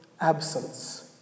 absence